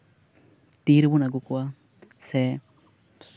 ᱛᱤ ᱨᱮᱵᱚᱱ ᱟᱹᱜᱩ ᱠᱚᱣᱟ ᱥᱮ